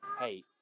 hey